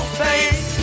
face